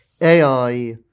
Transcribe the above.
AI